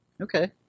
Okay